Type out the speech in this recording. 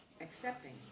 accepting